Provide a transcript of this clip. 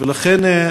ולכן,